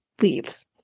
leaves